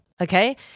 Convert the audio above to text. Okay